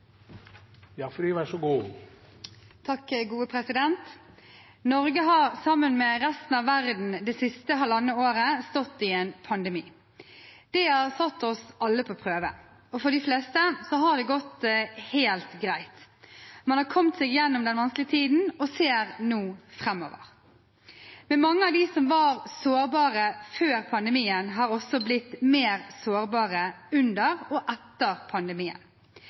siste halvannet året stått i en pandemi. Det har satt oss alle på prøve. For de fleste har det gått helt greit. Man har kommet seg gjennom den vanskelige tiden og ser nå framover. Men mange av dem som var sårbare før pandemien, har også blitt mer sårbare under og etter pandemien.